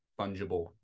fungible